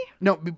No